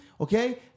okay